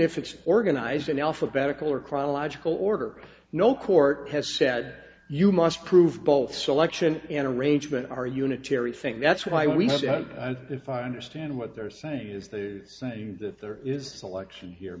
if it's organized in alphabetical or chronological order no court has said you must prove both selection and arrangement are unitary thing that's why we say and if i understand what they're saying is they say that there is a selection here